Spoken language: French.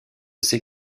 sait